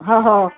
हं हो